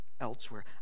elsewhere